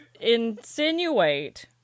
insinuate